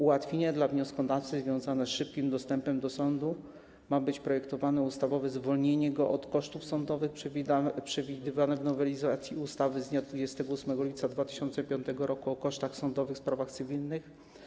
Ułatwieniem dla wnioskodawcy związanym z szybkim dostępem do sądu ma być projektowane ustawowe zwolnienie go od kosztów sądowych przewidywanych w nowelizacji ustawy z dnia 28 lipca 2005 r. o kosztach sądowych w sprawach cywilnych.